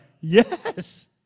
yes